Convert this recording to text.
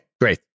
great